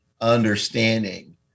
understanding